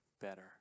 better